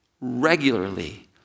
regularly